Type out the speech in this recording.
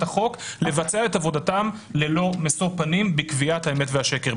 החוק לבצע את עבודתם ללא משוא פנים בקביעת האמת והשקר.